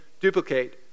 duplicate